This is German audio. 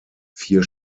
vier